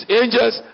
angels